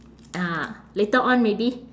ah later on maybe